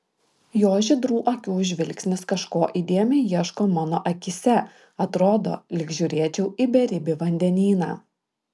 jo žydrų akių žvilgsnis kažko įdėmiai ieško mano akyse atrodo lyg žiūrėčiau į beribį vandenyną